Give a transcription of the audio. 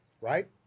Right